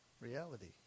reality